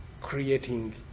creating